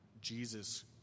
jesus